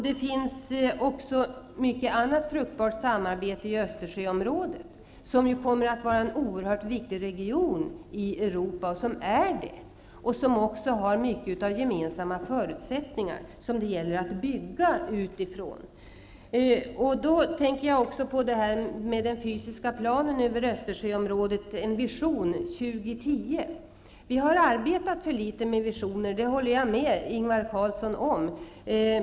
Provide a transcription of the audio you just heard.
Det finns också mycket annat fruktbart arbete i Östersjöområdet, som är och kommer att vara en oerhört viktig region i Europa, där det finns många gemensamma förutsättningar som det gäller att ta till vara och bygga på. Jag tänker på det här med den fysiska planen över 2010''. Vi har arbetat för litet med visioner, det håller jag med Ingvar Carlsson om.